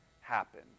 happen